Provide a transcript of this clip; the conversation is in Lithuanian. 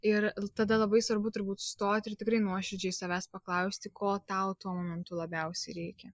ir tada labai svarbu turbūt sustoti ir tikrai nuoširdžiai savęs paklausti ko tau tuo momentu labiausiai reikia